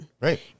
Right